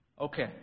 Okay